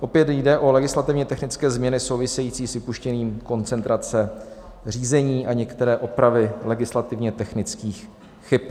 Opět jde o legislativně technické změny související s vypuštěním koncentrace řízení a některé opravy legislativně technických chyb.